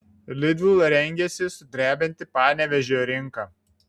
lidl rengiasi sudrebinti panevėžio rinką